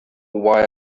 why